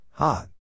hot